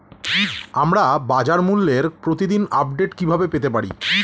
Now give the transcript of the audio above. আমরা বাজারমূল্যের প্রতিদিন আপডেট কিভাবে পেতে পারি?